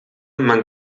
man